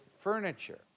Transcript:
furniture